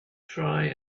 try